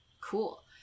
cool